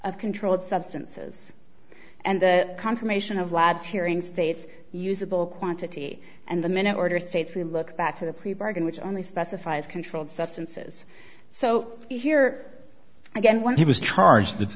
of controlled substances and the confirmation of last hearing state's usable quantity and the minute order states we look back to the pre bargain which only specifies controlled substances so here again what he was charged with